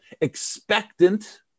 expectant